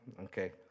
Okay